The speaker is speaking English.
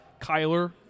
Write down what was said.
Kyler